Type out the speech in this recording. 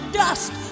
dust